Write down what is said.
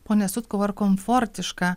pone sutkau ar komfortiška